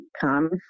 come